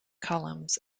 columns